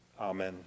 Amen